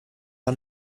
are